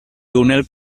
túnel